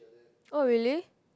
oh really